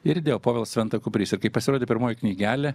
ir įdėjau povilas venta kuprys ir kai pasirodė pirmoji knygelė